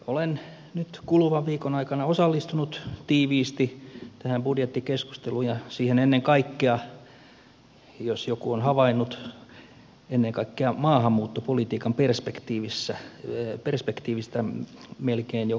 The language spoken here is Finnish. olen nyt kuluvan viikon aikana osallistunut tiiviisti tähän budjettikeskusteluun ja siihen ennen kaikkea jos joku on havainnut maahanmuuttopolitiikan perspektiivistä melkein joka aihepiirissä